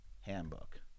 handbook